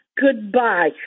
goodbye